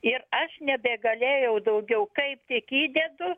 ir aš nebegalėjau daugiau kaip tik įdedu